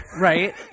right